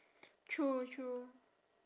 true true